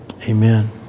Amen